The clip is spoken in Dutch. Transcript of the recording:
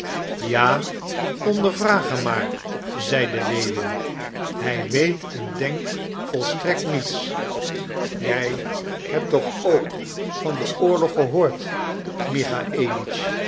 ja ondervraagt hem maar zeide lewin hij weet en denkt volstrekt niets jij hebt toch ook van den oorlog gehoord